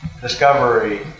discovery